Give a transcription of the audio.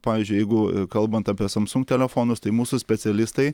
pavyzdžiui jeigu kalbant apie samsung telefonus tai mūsų specialistai